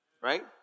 Right